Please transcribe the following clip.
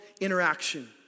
interaction